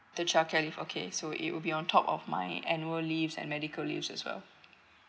the childcare leave okay so it will be on top of my annual leaves and medical leaves as well